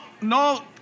no